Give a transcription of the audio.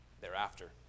thereafter